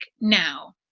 now